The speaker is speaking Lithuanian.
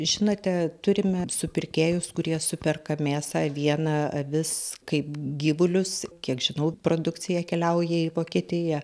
žinote turime supirkėjus kurie superka mėsą avieną avis kaip gyvulius kiek žinau produkcija keliauja į vokietiją